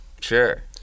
Sure